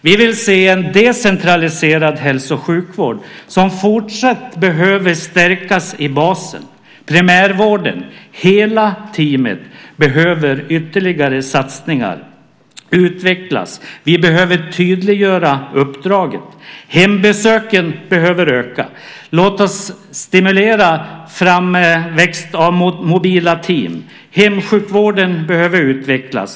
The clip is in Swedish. Vi vill se en decentraliserad hälso och sjukvård och anser att den fortsatt behöver stärkas i basen. Primärvården, hela teamet, behöver ytterligare satsningar och utveckling. Vi behöver tydliggöra uppdraget. Hembesöken behöver öka. Låt oss stimulera framväxt av mobila team! Hemsjukvården behöver utvecklas.